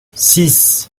six